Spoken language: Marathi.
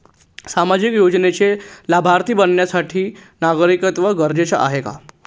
सामाजिक योजनेचे लाभार्थी बनण्यासाठी नागरिकत्व गरजेचे आहे का?